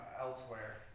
elsewhere